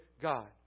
God